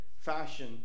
fashion